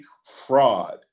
fraud